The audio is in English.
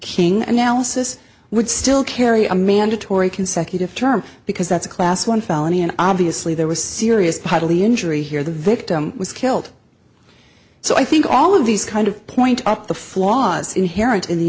says would still carry a mandatory consecutive term because that's a class one felony and obviously there was serious bodily injury here the victim was killed so i think all of these kind of point out the flaws inherent in the